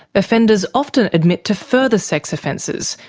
offenders often admit to further sex offences,